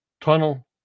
tunnel